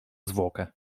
zwłokę